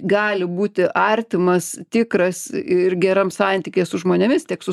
gali būti artimas tikras ir geram santykyje su žmonėmis tiek su